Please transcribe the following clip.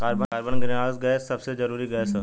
carbon greenhouse gas के सबसे जरूरी गैस ह